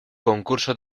concurso